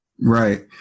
Right